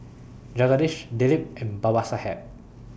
Jagadish Dilip and Babasaheb